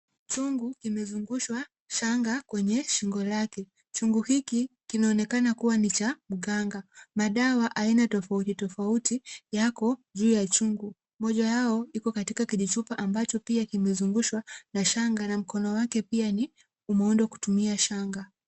Chungu kimezungushwa shanga kwenye shingo lake. Chungu hiki kinaonekana kuwa ni cha mganga. Madawa aina tofauti tofauti yako juu ya chungu. Moja yao iko katika kijichupa ambacho pia kimezungushwa na shanga na mkono wake pia ni, umeundwa kutumia shanga.